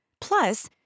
Plus